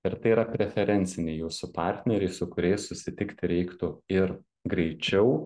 ir tai yra preferenciniai jūsų partneriai su kuriais susitikti reiktų ir greičiau